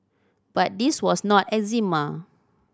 but this was not eczema